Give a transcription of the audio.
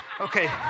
okay